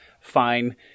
fine